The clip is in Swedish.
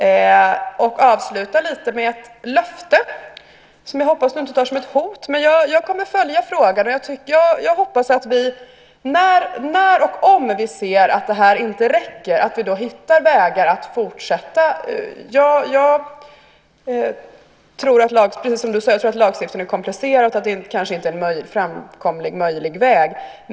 Jag ska avsluta med ett löfte, som jag hoppas att du inte tar som ett hot. Jag kommer att följa frågan, och jag hoppas att vi när eller om vi ser att detta inte räcker hittar vägar att fortsätta. Precis som du säger är lagstiftningen komplicerad, och det kanske inte är en framkomlig och möjlig väg.